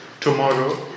tomorrow